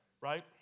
Right